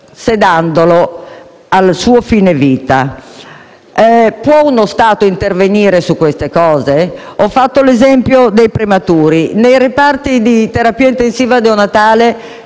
sedandolo. Può uno Stato intervenire su queste cose? Ho fatto l'esempio dei prematuri. Nei reparti di terapia intensiva neonatale